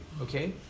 Okay